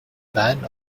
band